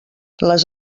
les